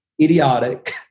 idiotic